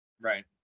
Right